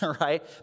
right